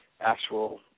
actual